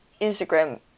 Instagram